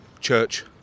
Church